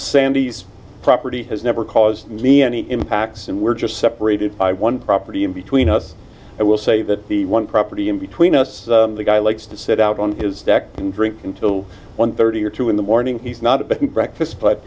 sandy's property has never caused me any impacts and we're just separated property between us i will say that the one property in between us the guy likes to sit out on his deck and drink until one thirty or two in the morning he's not a big breakfast but